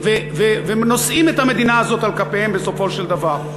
ותומכים ונושאים את המדינה הזאת על כפיהם בסופו של דבר.